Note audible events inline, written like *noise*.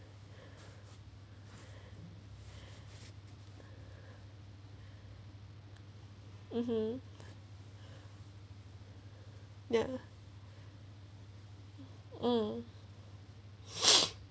mmhmm ya um *noise*